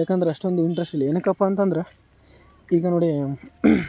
ಯಾಕೆಂದ್ರೆ ಅಷ್ಟೊಂದು ಇಂಟರೆಸ್ಟ್ ಇಲ್ಲ ಏನಕ್ಕಪ್ಪ ಅಂತ ಅಂದ್ರೆ ಈಗ ನೋಡಿ